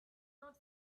not